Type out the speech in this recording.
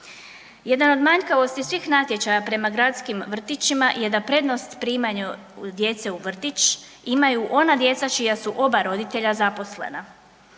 Jedan od manjkavosti svih natječaja prema gradskim vrtićima je da prednost primanju djece u vrtić imaju ona djeca čija su oba roditelja zaposlena.